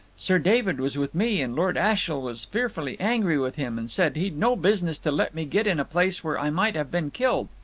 sir david was with me, and lord ashiel was fearfully angry with him, and said he'd no business to let me get in a place where i might have been killed.